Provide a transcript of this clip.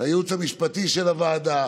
לייעוץ המשפטי של הוועדה